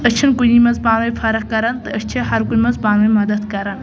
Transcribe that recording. أسۍ چھِنہٕ کُنے مَنٛز پانہٕ وٲنۍ فرق کران تہٕ أسۍ چھِ ہر کُنہ مَنٛز پانہٕ وٲنۍ مدد کران